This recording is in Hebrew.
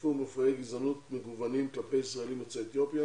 נחשפו מופעי גזענות מגוונים כלפי ישראלים יוצאי אתיופיה